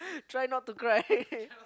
try not to cry